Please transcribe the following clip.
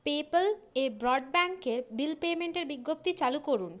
পেপ্যালে ব্রডব্যান্ডের বিল পেইমেন্টের বিজ্ঞপ্তি চালু করুন